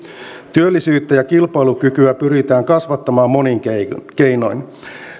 työllisyyttä ja kilpailukykyä pyritään kasvattamaan monin keinoin